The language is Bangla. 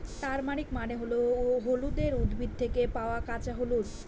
টারমারিক মানে হল হলুদের উদ্ভিদ থেকে পাওয়া কাঁচা হলুদ